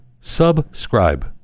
Subscribe